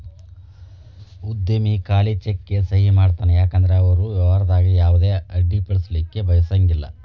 ಉದ್ಯಮಿ ಖಾಲಿ ಚೆಕ್ಗೆ ಸಹಿ ಮಾಡತಾನ ಯಾಕಂದ್ರ ಅವರು ವ್ಯವಹಾರದಾಗ ಯಾವುದ ಅಡ್ಡಿಪಡಿಸಲಿಕ್ಕೆ ಬಯಸಂಗಿಲ್ಲಾ